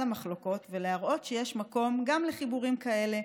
המחלוקות ולהראות שיש מקום גם לחיבורים כאלה,